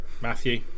Matthew